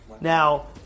Now